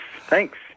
thanks